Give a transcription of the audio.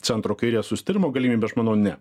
centro kairės susitarimo galimybę aš manau ne